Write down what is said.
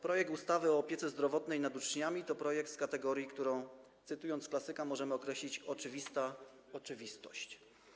Projekt ustawy o opiece zdrowotnej nad uczniami to projekt z kategorii, którą, cytując klasyka, możemy określić jako oczywistą oczywistość.